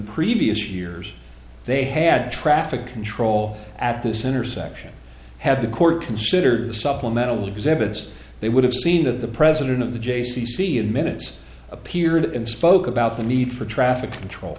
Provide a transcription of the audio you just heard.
previous years they had traffic control at this intersection had the court consider the supplementals exhibits they would have seen that the president of the jays c c in minutes appeared and spoke about the need for traffic control